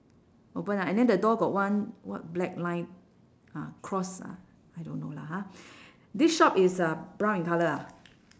open ah and then the door got one what black line uh cross ah I don't know lah ha this shop is uh brown in colour ah